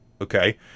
okay